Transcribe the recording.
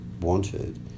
wanted